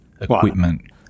equipment